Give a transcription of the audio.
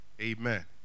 Amen